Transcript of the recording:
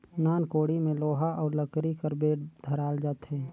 नान कोड़ी मे लोहा अउ लकरी कर बेठ धराल जाथे